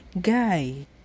guy